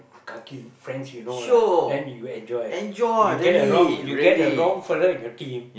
kaki friends you know lah then you enjoy lah when you get the wrong fella in your team